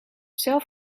zelf